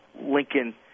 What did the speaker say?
Lincoln